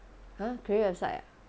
!huh! create website ah